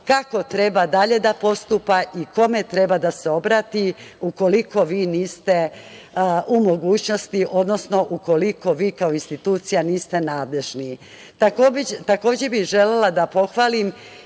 kako treba dalje da postupa i kome treba da se obrati ukoliko vi niste u mogućnosti, odnosno ukoliko vi kao institucija niste nadležni. Takođe bih želela da pohvalim